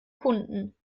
kunden